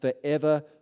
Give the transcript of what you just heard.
forever